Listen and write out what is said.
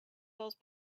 those